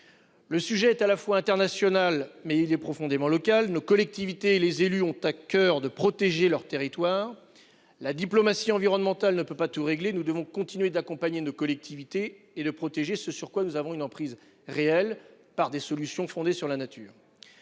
Le sujet est à la fois international mais il est profondément local nos collectivités les élus ont à coeur de protéger leur territoire. La diplomatie environnementale ne peut pas tout régler. Nous devons continuer d'accompagner de collectivités et de protéger ce sur quoi nous avons une emprise réelle par des solutions fondées sur la nature.